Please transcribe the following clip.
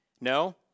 No